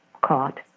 caught